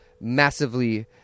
massively